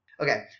Okay